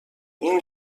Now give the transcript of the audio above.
این